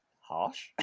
harsh